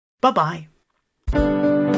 Bye-bye